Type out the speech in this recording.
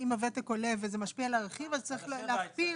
אם הוותק עולה וזה משפיע על הרכיב אז צריך להכפיל,